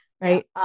right